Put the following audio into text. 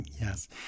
Yes